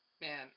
Man